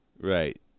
Right